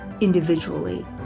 individually